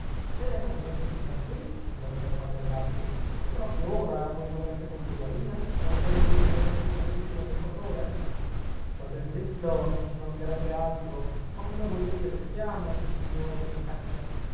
è contenta di star qui incalzò il padre agapito e proprio ora voi vorreste condurla via perchè le riprendesse il capriccio dell'equatore state zitto non ci mancherebbe altro ma come volete che restiamo se il priore ci scaccia